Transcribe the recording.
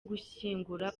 gushyingura